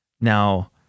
Now